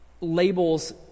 Labels